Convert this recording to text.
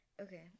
Okay